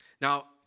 Now